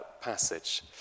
passage